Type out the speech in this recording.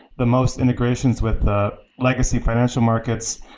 the most integrations with the legacy financial markets,